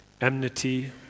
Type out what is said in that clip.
enmity